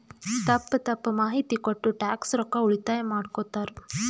ತಪ್ಪ ತಪ್ಪ ಮಾಹಿತಿ ಕೊಟ್ಟು ಟ್ಯಾಕ್ಸ್ ರೊಕ್ಕಾ ಉಳಿತಾಯ ಮಾಡ್ಕೊತ್ತಾರ್